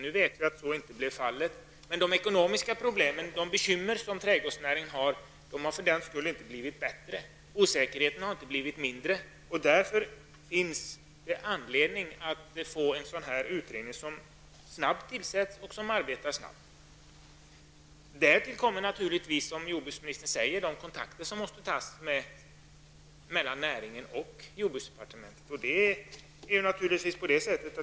Nu vet vi att så inte blev fallet. Men trädgårdsnäringens ekonomiska problem och övriga bekymmer har för den skull inte blivit bättre. Osäkerheten har inte blivit mindre. Därför finns det anledning att snabbt tillsätta en utredning som också arbetar snabbt. Därtill kommer naturligtvis, som jordbruksministern säger, de kontakter som måste tas mellan näringen och jordbruksdepartementet.